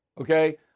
Okay